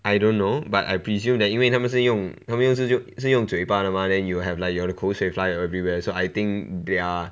I don't know but I presume that 因为他们是用他们就是是用嘴巴的 mah then you have like your 的口水 fly everywhere so I think they are